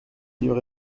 lieux